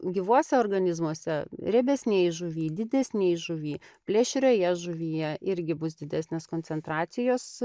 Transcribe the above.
gyvuose organizmuose riebesnėj žuvy didesnėj žuvy plėšrioje žuvyje irgi bus didesnės koncentracijos